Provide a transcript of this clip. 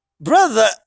brother